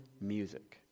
music